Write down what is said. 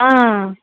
ఆ